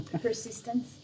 Persistence